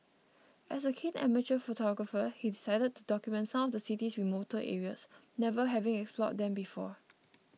as a keen amateur photographer he decided to document some of the city's remoter areas never having explored them before